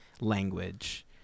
language